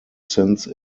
since